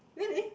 really